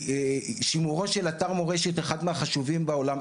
שימורו של אתר מורשת אחד מהחשובים בעולם,